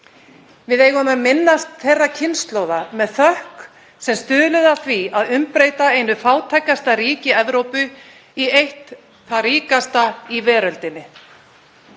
Við eigum að minnast þeirra kynslóða með þakklæti sem stuðluðu að því að umbreyta einu fátækasta ríki Evrópu í eitt það ríkasta í veröldinni.